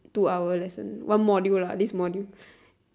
two hour lesson one module lah this module